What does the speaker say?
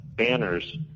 Banners